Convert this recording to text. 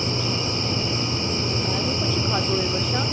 अच्छा ॿाहिरियों कुझु खाधो हुयव छा